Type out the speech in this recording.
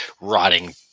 rotting